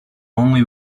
only